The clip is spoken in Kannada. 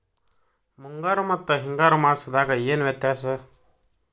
ಮುಂಗಾರು ಮತ್ತ ಹಿಂಗಾರು ಮಾಸದಾಗ ಏನ್ ವ್ಯತ್ಯಾಸ?